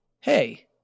hey